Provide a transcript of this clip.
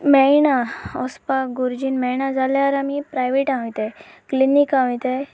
मेळना वचपाक गरजेन मेळना जाल्यार आमी प्रायवेटां वताय क्लिनिकां वयताय